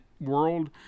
world